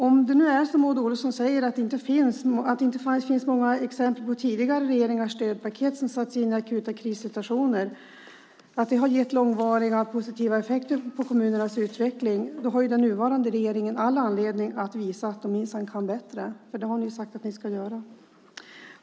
Om det nu är så som Maud Olofsson säger att det inte finns många exempel på att tidigare regeringars stödpaket som satts in i akuta krissituationer har gett långvarigt positiva effekter på kommunernas utveckling har den nuvarande regeringen all anledning att visa att de minsann kan bättre. Det har ni ju sagt att ni ska göra.